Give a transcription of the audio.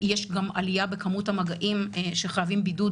יש גם עלייה בכמות המגעים שחייבים בידוד